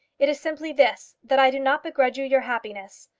it is simply this that i do not begrudge you your happiness.